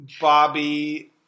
Bobby